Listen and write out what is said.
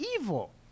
evil